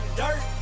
dirt